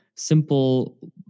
simple